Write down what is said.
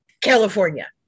california